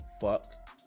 fuck